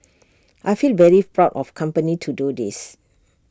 I feel very proud of company to do this